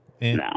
No